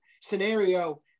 scenario